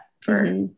for-